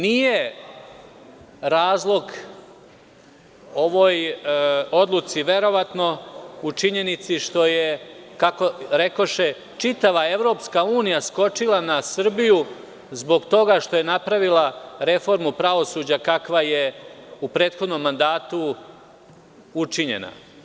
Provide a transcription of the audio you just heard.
Nije razlog ovoj odluci verovatno, u činjenici što je, kako rekoše, čitava EU skočila na Srbiju zbog toga što je napravila reformu pravosuđa kakva je u prethodnom mandatu učinjena.